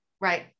Right